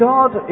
God